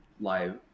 live